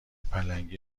پلنگی